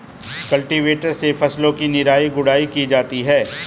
cultivator से फसलों की निराई गुड़ाई की जाती है